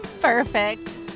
Perfect